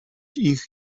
ich